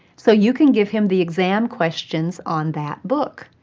so you can give him the exam questions on that book.